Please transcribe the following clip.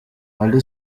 ally